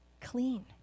clean